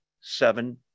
seven